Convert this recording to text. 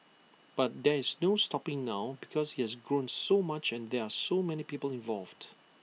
but there is no stopping now because has grown so much and there are so many people involved